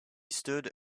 stood